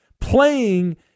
playing